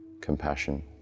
compassion